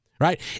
right